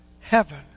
Heaven